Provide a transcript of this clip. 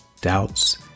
doubts